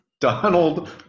Donald